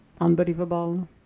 unbelievable